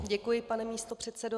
Děkuji, pane místopředsedo.